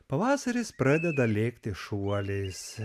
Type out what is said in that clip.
pavasaris pradeda lėkti šuoliais